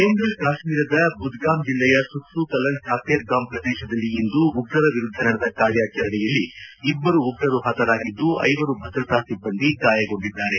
ಕೇಂದ ಕಾಶ್ಮೀರದ ಬುದ್ಗಾಮ್ ಜಿಲ್ಲೆಯ ಸುತ್ಪೂ ಕಲನ್ ಛಾತ್ತೇರ್ಗಾಮ್ ಪ್ರದೇಶದಲ್ಲಿ ಇಂದು ಉಗ್ರರ ವಿರುದ್ದ ನಡೆದ ಕಾರ್ಯಾಚರಣೆಯಲ್ಲಿ ಇಬ್ಬರು ಉಗ್ರರು ಹತರಾಗಿದ್ದು ಐವರು ಭದ್ರತಾ ಸಿಬ್ಬಂದಿ ಗಾಯಗೊಂಡಿದ್ದಾರೆ